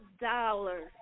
dollars